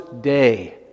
day